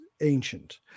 ancient